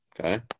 Okay